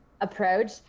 approach